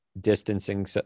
distancing